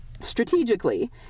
strategically